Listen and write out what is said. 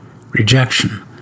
rejection